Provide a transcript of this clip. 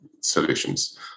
solutions